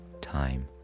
time